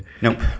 nope